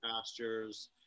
pastures